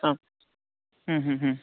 आं